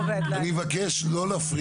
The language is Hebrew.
אני פותח את הישיבה ואני עובר להצבעה.